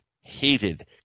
hated